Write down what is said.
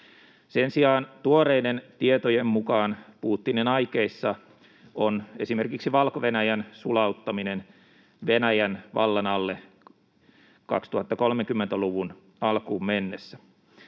Sen sijaan tuoreiden tietojen mukaan Putinin aikeissa on esimerkiksi Valko-Venäjän sulauttaminen Venäjän vallan alle 2030-luvun alkuun mennessä.